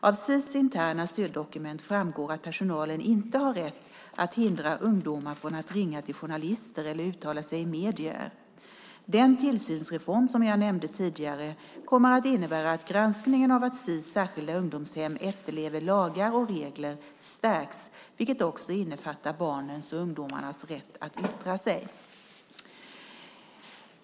Av Sis interna styrdokument framgår att personalen inte har rätt att hindra ungdomar från att ringa till journalister eller uttala sig i medier. Den tillsynsreform som jag nämnde tidigare kommer att innebära att granskningen av att Sis särskilda ungdomshem efterlever lagar och regler stärks, vilket också innefattar barnens och ungdomarnas rätt att yttra sig.